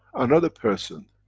another person,